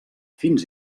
fins